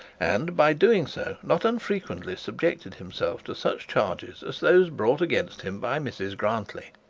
and, by doing so, not unfrequently subjected himself to such charges as those brought against him by mrs grantly.